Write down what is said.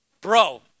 Bro